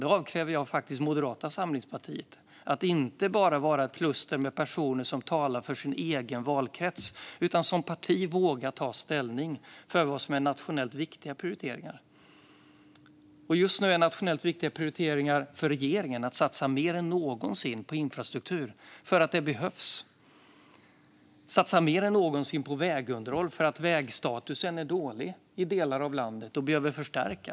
Det avkräver jag faktiskt Moderata samlingspartiet - att inte bara vara ett kluster med personer som talar för sin egen valkrets utan att som parti våga ta ställning för vad som är nationellt viktiga prioriteringar. Just nu är nationellt viktiga prioriteringar för regeringen att satsa mer än någonsin på infrastruktur för att det behövs och att satsa mer än någonsin på vägunderhåll för att vägstatusen är dålig i delar av landet och behöver förstärkas.